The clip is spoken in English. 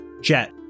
Jet